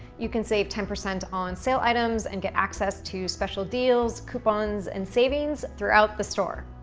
you can save ten percent on sale items, and get access to special deals, coupons, and savings throughout the store.